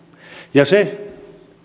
ja se